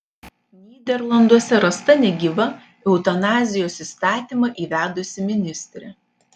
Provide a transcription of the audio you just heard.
nyderlanduose rasta negyva eutanazijos įstatymą įvedusi ministrė